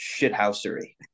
shithousery